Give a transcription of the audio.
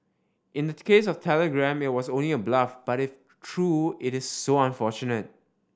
in the case of telegram it was only a bluff but if true it is so unfortunate